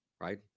right